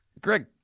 Greg